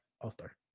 all-star